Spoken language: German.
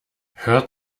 hör